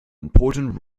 important